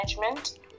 management